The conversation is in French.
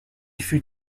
fut